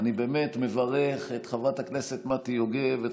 אני באמת מברך את חברת הכנסת מטי יוגב ואת